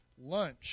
Lunch